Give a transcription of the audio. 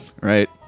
Right